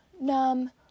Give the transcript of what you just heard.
numb